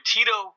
Tito